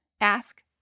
Ask